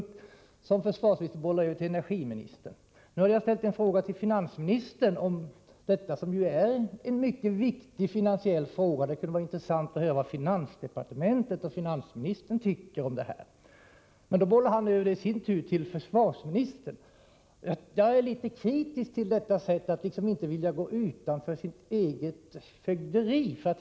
Nu har jag ställt en fråga Torsdagen den till finansministern om något som är en mycket viktig finansiell fråga, och det 22 november 1984 kunde vara intressant att höra vad finansdepartementet och finansministern tycker. Men då bollar finansministern över frågan till försvarsministern. Jag är litet kritisk till detta sätt att inte vilja gå utanför det egna fögderiet.